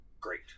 Great